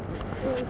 mm